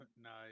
Nice